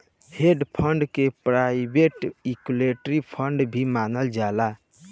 hedge fund के private equity fund भी मानल जाला